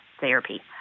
therapy